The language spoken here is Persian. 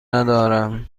ندارم